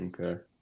okay